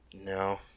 no